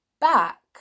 back